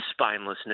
spinelessness